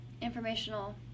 informational